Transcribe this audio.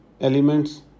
elements